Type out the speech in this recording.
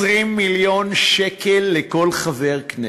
20 מיליון שקל לכל חבר כנסת.